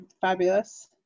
fabulous